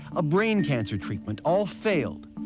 a brain cancer treatment all failed.